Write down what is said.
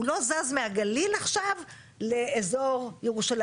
הוא לא זז מהגליל עכשיו לאזור ירושלים.